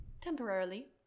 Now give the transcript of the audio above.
Temporarily